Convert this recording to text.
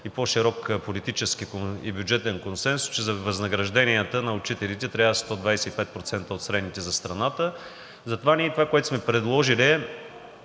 и по-широк политически и бюджетен консенсус, че възнагражденията на учителите трябва да са 125% от средните за страната. Затова това, което ние сме предложили, е